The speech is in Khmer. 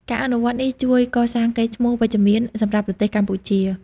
ការអនុវត្តនេះជួយកសាងកេរ្តិ៍ឈ្មោះវិជ្ជមានសម្រាប់ប្រទេសកម្ពុជា។